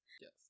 Yes